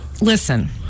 Listen